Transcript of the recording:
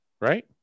Right